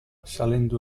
salendo